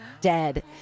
dead